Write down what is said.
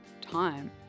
time